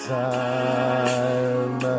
time